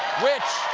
which